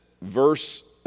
verse